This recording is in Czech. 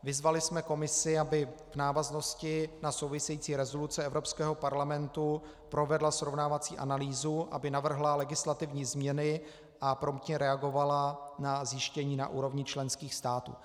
Vyzvali jsme Komisi, aby v návaznosti na související rezoluce Evropského parlamentu provedla srovnávací analýzu, aby navrhla legislativní změny a promptně reagovala na zjištění na úrovni členských států.